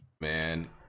Man